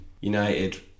United